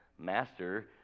Master